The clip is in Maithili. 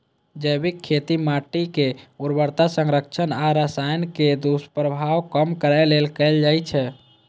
जैविक खेती माटिक उर्वरता संरक्षण आ रसायनक दुष्प्रभाव कम करै लेल कैल जाइ छै